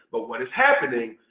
but what is happening,